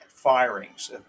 Firings